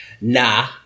Nah